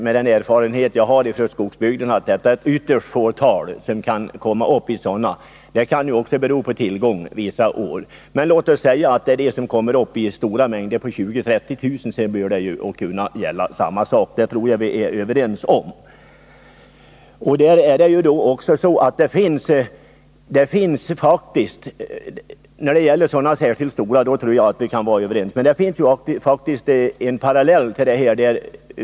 Med den erfarenhet som jag har från skogsbygderna tror jag ändå att det är ett mycket litet antal människor som kan komma upp i sådana inkomster. Storleken kan också bero på tillgången på bär vissa år. De som kommer upp i stora inkomster, säg 20 000-30 000 kr., bör alltså beskattas — det tror jag att vi kan vara överens om. Det finns faktiskt en parallell här också.